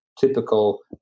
typical